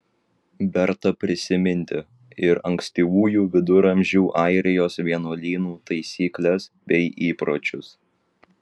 verta prisiminti ir ankstyvųjų viduramžių airijos vienuolynų taisykles bei įpročius